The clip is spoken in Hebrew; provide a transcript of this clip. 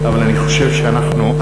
אבל אני חושב שאנחנו,